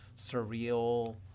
surreal